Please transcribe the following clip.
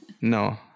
No